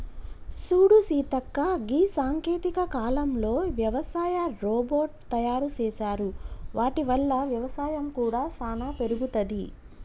సూడు సీతక్క గీ సాంకేతిక కాలంలో యవసాయ రోబోట్ తయారు సేసారు వాటి వల్ల వ్యవసాయం కూడా సానా పెరుగుతది